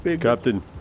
Captain